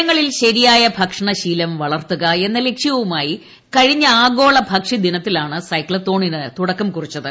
ജനങ്ങളിൽ ശരിയായ ഭക്ഷണ ശീലം വളർത്തുക എന്ന ലക്ഷ്യവുമായി കഴിഞ്ഞ ആഗോള ഭക്ഷ്യ ദിനത്തിലാണ് സൈക്ലത്തോണിന് തുടക്കം കുറിച്ചത്